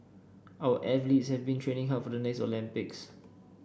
our athletes have been training hard for the next Olympics